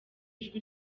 ijwi